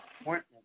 appointment